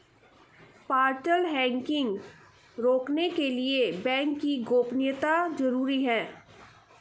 portal hacking रोकने के लिए बैंक की गोपनीयता जरूरी हैं